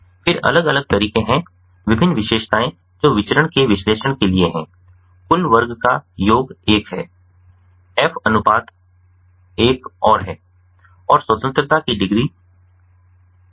फिर अलग अलग तरीके हैं विभिन्न विशेषताएं जो विचरण के विश्लेषण के लिए हैं कुल वर्ग का योग 1 है एफ अनुपात एक और है और स्वतंत्रता की डिग्री है